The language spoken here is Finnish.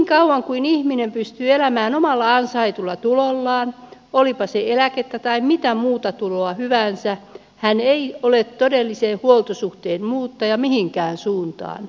niin kauan kuin ihminen pystyy elämään omalla ansaitulla tulollaan olipa se eläkettä tai mitä muuta tuloa hyvänsä hän ei ole todellisen huoltosuhteen muuttaja mihinkään suuntaan